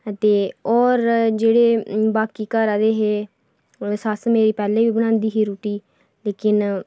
ते होर जेह्ड़े बाकी घरै आह्ले हे ओह् सस्स मेरी पैह्लें बी बनांदी ही रुट्टी लेकिन